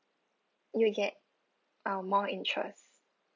you'll get uh more interest